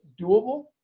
doable